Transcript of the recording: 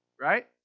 right